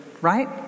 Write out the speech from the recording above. Right